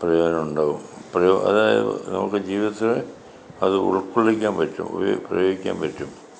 പ്രയോജനമുണ്ടാവും അത് നമുക്ക് ജീവിതത്തിൽ അത് ഉൾക്കൊള്ളിക്കാൻ പറ്റും ഒരു പ്രയോഗിക്കാൻ പറ്റും